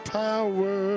power